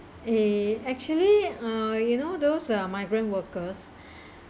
eh actually uh you know those uh migrant workers